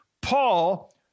Paul